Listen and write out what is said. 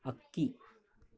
ಹಕ್ಕಿ